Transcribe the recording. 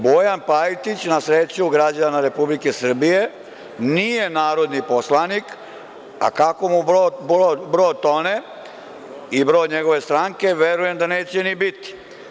Bojan Pajtić, na sreću građana Republike Srbije, nije narodni poslanik, a kako mu brod tone i brod njegove stranke verujem da neće ni biti.